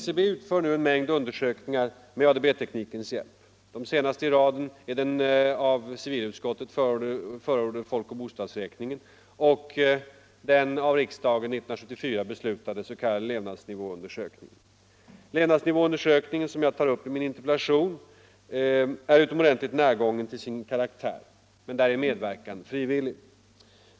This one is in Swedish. SCB utför nu en mängd undersökningar med ADB-teknikens hjälp. De senaste i raden är folkoch bostadsräkningen och den av riksdagen 1974 beslutade s.k. levnadsnivåundersökningen. Levnadsnivåundersökningen, som jag tar upp i min interpellation, är utomordentligt närgången till sin karaktär. Men där är medverkan frivillig.